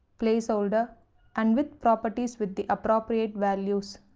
placeholder and width properties with the appropriate values.